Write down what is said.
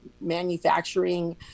manufacturing